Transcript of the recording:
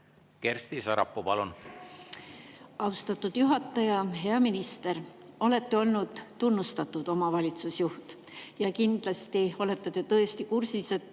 Kersti Sarapuu, palun! Austatud juhataja! Hea minister! Olete olnud tunnustatud omavalitsusjuht ja kindlasti olete te kursis,